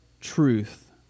truth